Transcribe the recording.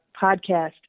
podcast